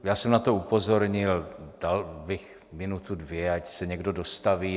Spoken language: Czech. Já jsem na to upozornil, dal bych minutu, dvě, ať se někdo dostaví.